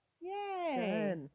yay